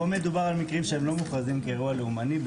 פה מדובר באירועים שלא מוכרזים כאירוע לאומני.